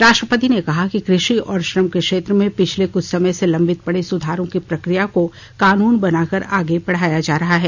राष्ट्रपति ने कहा कि कृषि और श्रम के क्षेत्र में पिछले कुछ समय से लम्बित पड़े सुधारों की प्रक्रिया को कानून बनाकर आगे बढ़ाया जा रहा है